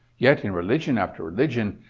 yet in religion after religion,